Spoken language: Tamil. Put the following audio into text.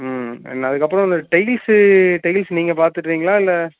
ம் அண்ட் அதற்கப்பறம் இந்த டைல்ஸ்ஸு டைல்ஸ் நீங்கள் பார்த்துட்றீங்களா இல்லை